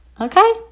Okay